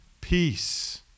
Peace